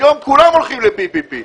היום כולם הולכים ל-PPP.